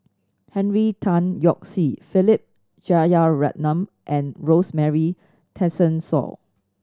Henry Tan Yoke See Philip Jeyaretnam and Rosemary Tessensohn